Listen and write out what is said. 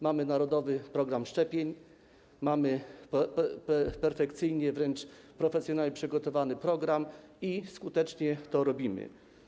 Mamy narodowy program szczepień, mamy perfekcyjnie wręcz, profesjonalnie przygotowany program i skutecznie go realizujemy.